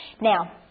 Now